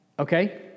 Okay